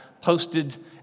posted